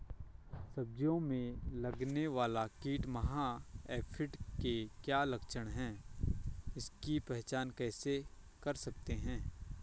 सब्जियों में लगने वाला कीट माह एफिड के क्या लक्षण हैं इसकी पहचान कैसे कर सकते हैं?